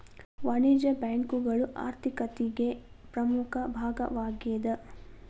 ವಾಣಿಜ್ಯ ಬ್ಯಾಂಕುಗಳು ಆರ್ಥಿಕತಿಗೆ ಪ್ರಮುಖ ಭಾಗವಾಗೇದ